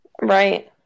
Right